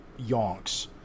yonks